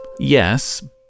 Yes